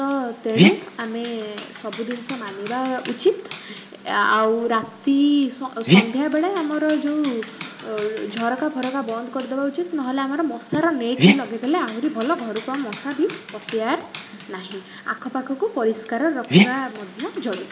ତ ତେଣୁ ଆମେ ସବୁ ଜିନିଷ ମାନିବା ଉଚିତ୍ ଆଉ ରାତି ସନ୍ଧ୍ୟାବେଳେ ଆମର ଯୋଉ ଝରକାଫରକା ବନ୍ଦ କରିଦବା ଉଚିତ୍ ନହେଲେ ଆମର ମଶାର ନେଟ୍ ବି ଲଗେଇ ଦେଲେ ଆହୁରି ଭଲ ଘରକୁ ଆମ ମଶା ବି ପଶିବାର ନାହିଁ ଆଖପାଖକୁ ପରିଷ୍କାର ରଖିବା ମଧ୍ୟ ଜରୁରୀ